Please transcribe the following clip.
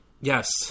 Yes